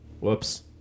Whoops